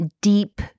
deep